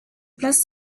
place